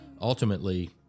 ultimately